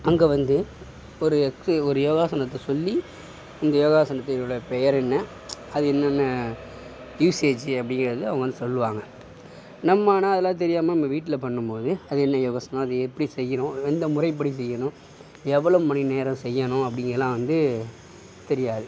அங்கே வந்து ஒரு எக்ஸு ஒரு யோகாசனத்தை சொல்லி அந்த யோகாசனத்தினுடைய பெயர் என்ன அது என்னென்ன யூசேஜ்ஜி அப்படிங்கறதும் அவங்க வந்து சொல்வாங்க நம்ம ஆனால் அதெல்லாம் தெரியாம நம்ம வீட்டில் பண்ணும்போது அது என்ன யோகாசனம் அது எப்படி செய்யணும் எந்த முறைபடி செய்யணும் எவ்வளவு மணி நேரம் செய்யணும் அப்படிங்கறதுலாம் வந்து தெரியாது